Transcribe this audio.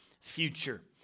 future